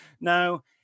Now